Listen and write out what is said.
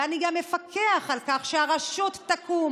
ואני גם אפקח על כך שהרשות תקום.